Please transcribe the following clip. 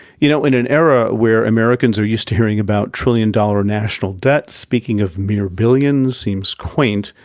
you know, in an era where americans are used to hearing about trillion-dollar national debt, speaking of mere billions seems quaint.